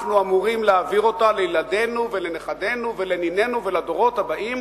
ואנחנו אמורים להעביר אותה לילדינו ולנכדינו ולנינינו ולדורות הבאים,